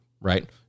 right